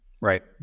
Right